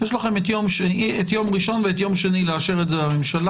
יש לכם את יום ראשון ואת יום שני לאשר את זה בממשלה,